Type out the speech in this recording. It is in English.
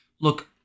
Look